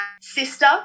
sister